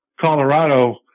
Colorado